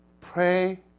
Pray